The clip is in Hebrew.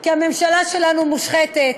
כי הממשלה שלנו מושחתת,